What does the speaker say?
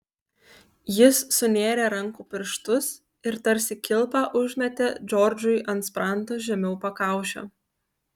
jis sunėrė rankų pirštus ir tarsi kilpą užmetė džordžui ant sprando žemiau pakaušio